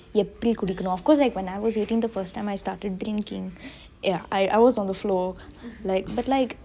எப்டி குடிக்கனு:epdi kudikanu of course like when I was eighteen the first time I started drinking I was on the floor but like